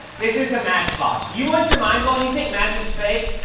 this is a matchbox. you want your mind blown? you think magic's fake?